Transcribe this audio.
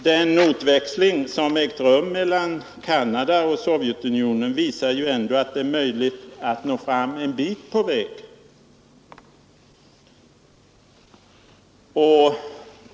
Den notväxling som ägt rum mellan Canada och Sovjetunionen visar ändå att det är möjligt att komma en bit på väg.